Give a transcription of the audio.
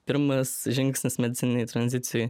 pirmas žingsnis medicininėj tranzicijoj